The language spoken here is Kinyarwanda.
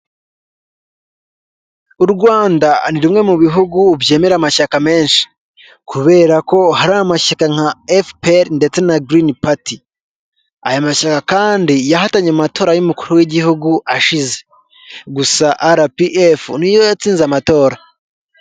U Rwanda ni rumwe mu bihugu byemera amashyaka menshi kubera ko hari amashyaka nka Efuperi ndetse na Girini pati, aya mashyaka kandi yahatanye amatora y'umukuru w'igihugu ashize, gusa Arapiyefu n'iyo yatsinze amatora.